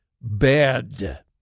bed